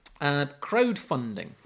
Crowdfunding